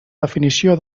definició